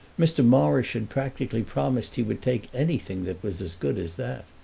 mr. morrish had practically promised he would take anything that was as good as that.